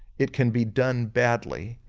it can be done badly,